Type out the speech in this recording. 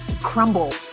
crumble